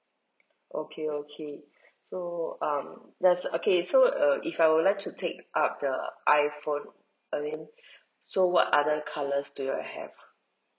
okay okay so um that's okay so uh if I would like to take up the iphone I mean so what other colours do you all have